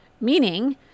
Meaning